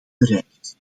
bereikt